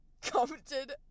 commented